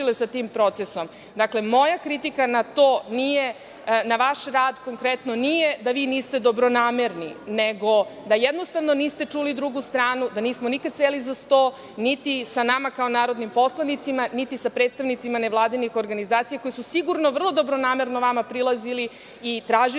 na to nije na vaš rad konkretno, nije da vi niste dobronamerni nego da jednostavno niste čuli drugu stranu, da nismo nikada seli za sto niti sa nama narodnim poslanicima niti sa predstavnicima nevladinih organizacija, koje su sigurno vrlo dobronamerno vama prilazili i tražili